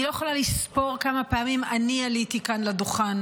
אני לא יכולה לספור כמה פעמים אני עליתי כאן לדוכן